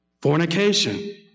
Fornication